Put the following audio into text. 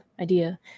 idea